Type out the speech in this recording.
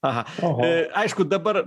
aha aišku dabar